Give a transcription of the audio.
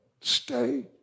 stay